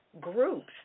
groups